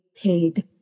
paid